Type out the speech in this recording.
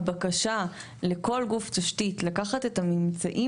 הבקשה לכל גוף תשתית לקחת את הממצאים